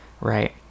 right